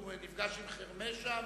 הוא נפגש עם חרמש שם,